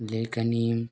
लेखनीम्